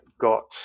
got